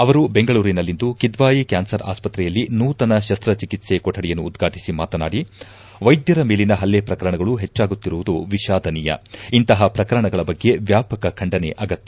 ಅವರು ಬೆಂಗಳೂರಿನಲ್ಲಿಂದು ಕಿದ್ವಾಯಿ ಕ್ಯಾನ್ಲರ್ ಆಸ್ಪತ್ರೆಯಲ್ಲಿ ನೂತನ ಶಸ್ತ ಚಿಕಿತ್ಸೆ ಕೊಠಡಿಯನ್ನು ಉದ್ಘಾಟಿಸಿ ಮಾತನಾಡಿ ವೈದ್ಯರ ಮೇಲಿನ ಪಲ್ಲೆ ಪ್ರಕರಣಗಳು ಹೆಚ್ಚಾಗುತ್ತಿರುವುದು ವಿಷಾದನೀಯ ಇಂತಹ ಪ್ರಕರಣಗಳ ಬಗ್ಗೆ ವ್ಯಾಪಕ ಖಂಡನೆ ಅಗತ್ಯ